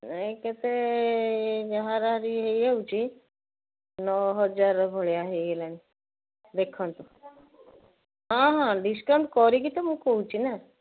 କେତେ ହାରାହାରି ହେଇଯାଉଛି ନଅ ହଜାର ଭଳିଆ ହେଇଗଲାଣି ଦେଖନ୍ତୁ ହଁ ହଁ ଡିସ୍କାଉଣ୍ଟ କରିକି ତ ମୁଁ କହୁଛି ନା